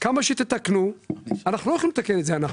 אנחנו לא יכולים לתקן את זה.